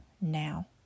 now